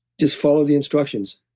just follow the instructions.